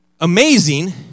amazing